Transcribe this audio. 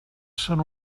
són